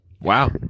Wow